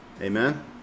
amen